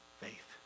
faith